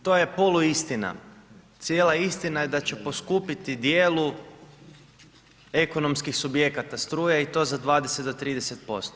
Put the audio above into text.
Međutim, to je polu istina, cijela istina je da će poskupiti u dijelu ekonomskih subjekata struja i to za 20 do 30%